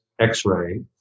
x-ray